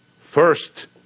First